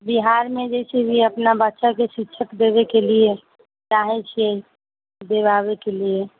बिहारमे जे छै अपना बच्चाके शिक्षा देबयके लिए चाहैत छियै दिआबयके लिए